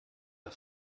der